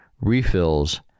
refills